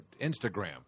Instagram